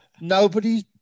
nobody's